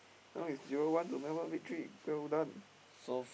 now is zero one to Melbourne-Victory done